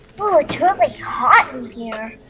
oh, it's really hot in here.